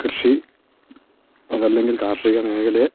കൃഷി അതല്ല എങ്കിൽ കാർഷിക മേഖലയെ